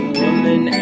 woman